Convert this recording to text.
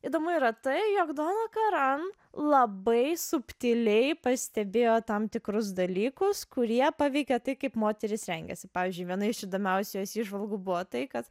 įdomu yra tai jog dona karan labai subtiliai pastebėjo tam tikrus dalykus kurie paveikė tai kaip moterys rengiasi pavyzdžiui viena iš įdomiausių jos įžvalgų buvo tai kad